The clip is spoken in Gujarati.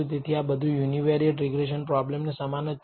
તેથી આ બધું યુનિવેરિએટ રીગ્રેસન પ્રોબ્લેમ ને સમાન જ છે